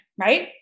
right